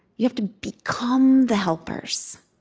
you have to become the helpers.